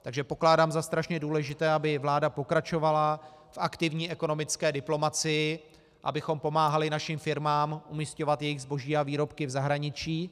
Takže pokládám za strašně důležité, aby vláda pokračovala v aktivní ekonomické diplomacii, abychom pomáhali našim firmám umisťovat jejich zboží a výrobky v zahraničí.